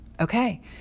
Okay